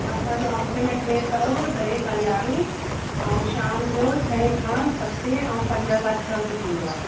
असांओ हफ़्ते में टे तओ ॾहें खां यारहें ऐं शाम जो छहें खां सतें ऐं पंज खां छह बि थींदो आहे